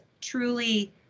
truly